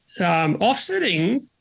offsetting